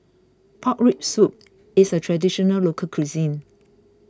Pork Rib Soup is a Traditional Local Cuisine